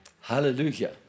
Hallelujah